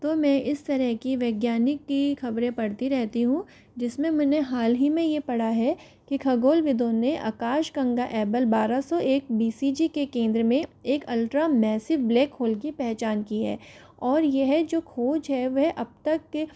तो मैं इस तरह की वैज्ञानिक की ख़बरें पढ़ती रहती हूँ जिस में मैंने हाल ही में ये पढ़ा है कि खगोलविदों ने आकाशगंगा एबल बारह सौ एक बी सी जी के केंद्र में एक अल्ट्रामैसिव ब्लैकहोल की पहचान की है और यह जो खोज है वह अब तक के